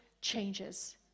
changes